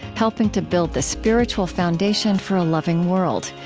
helping to build the spiritual foundation for a loving world.